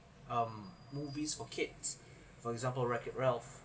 um movies for kids for example wreck it ralph